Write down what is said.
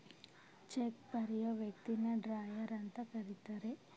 check ಬರಿಯೋ ವ್ಯಕ್ತಿನ drawer ಅಂತ ಕರಿತರೆ